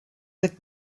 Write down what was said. with